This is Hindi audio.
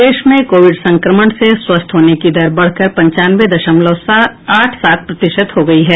प्रदेश में कोविड संक्रमण से स्वस्थ होने की दर बढ़कर पंचानवे दशमलव आठ सात प्रतिशत हो गया है